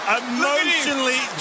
emotionally